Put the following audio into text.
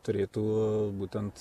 turėtų būtent